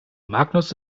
magnus